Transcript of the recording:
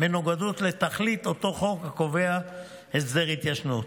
מנוגדת לתכלית של אותו חוק הקובע הסדר התיישנות.